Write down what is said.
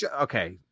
Okay